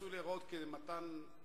לא התייחסו בכלל לעניין הזה,